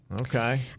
okay